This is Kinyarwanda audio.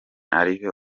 alves